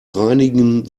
reinigen